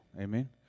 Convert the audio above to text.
Amen